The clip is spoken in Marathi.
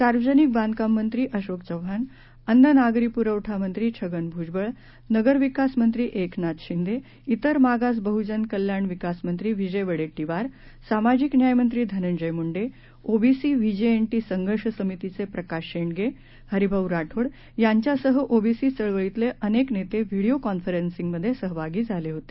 सार्वजनिक बांधकाम मंत्री अशोक चव्हाण अन्न नागरी पुरवठा मंत्री छगन भुजबळ नगरविकास मंत्री एकनाथ शिंदे तिर मागास बहुजन कल्याण विकास मंत्री विजय वडेट्टीवार सामाजिक न्याय मंत्री धनंजय मुंडे ओबीसी व्हीजेएनटी संघर्ष समितीचे प्रकाश शेंडगे हरिभाऊ राठोड यांच्यासह ओबीसी चळवळीतले अनेक नेते व्हिडिओ कॉन्फरन्सींगमध्ये सहभागी झाले होते